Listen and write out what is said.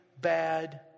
bad